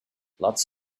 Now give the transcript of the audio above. lots